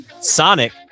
Sonic